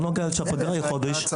את זה הכנסנו.